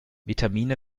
vitamine